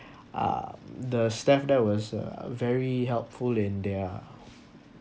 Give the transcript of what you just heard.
uh the staff there was a very helpful and they are